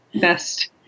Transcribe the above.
best